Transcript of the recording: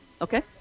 okay